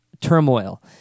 turmoil